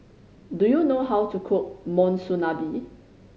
do you know how to cook Monsunabe